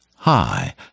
Hi